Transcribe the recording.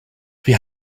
wir